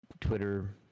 Twitter